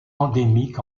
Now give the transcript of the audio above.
endémique